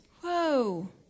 Whoa